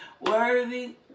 worthy